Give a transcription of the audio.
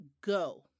go